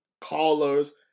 callers